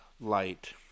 light